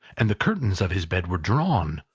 and the curtains of his bed were drawn.